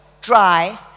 dry